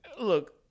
look